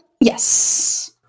yes